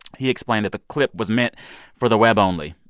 he explained that the clip was meant for the web only,